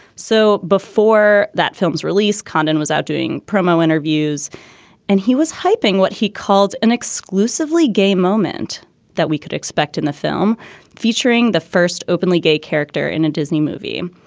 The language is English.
so before that film's release, condon was out doing promo interviews and he was hyping what he called an exclusively gay moment that we could expect in the film featuring the first openly gay character in a disney movie.